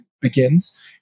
begins